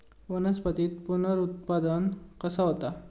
वनस्पतीत पुनरुत्पादन कसा होता?